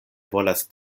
volas